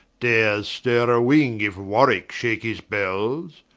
dares stirre a wing, if warwick shake his bells.